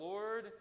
Lord